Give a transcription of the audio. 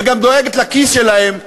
וגם דואגת לכיס שלהם,